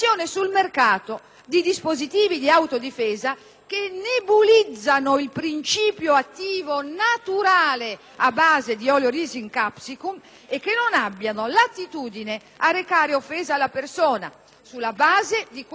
nebulizzano il principio attivo naturale a base di *oleoresin capsicum* e che non abbiano l'attitudine a recare offesa alla persona, sulla base di quanto già valutato come idoneo